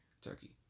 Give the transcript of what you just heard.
Turkey